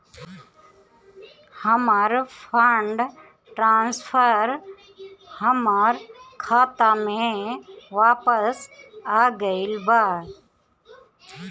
हमर fund transfer हमर खाता में वापस आ गईल बा